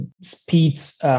speeds